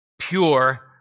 pure